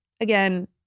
Again